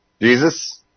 Jesus